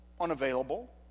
unavailable